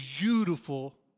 beautiful